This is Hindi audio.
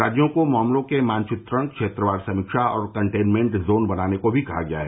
राज्यों को मामलों के मानचित्रण क्षेत्रवार समीक्षा और कंटेनमेंट जोन बनाने को भी कहा गया है